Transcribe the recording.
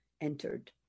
entered